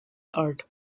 art